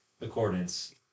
accordance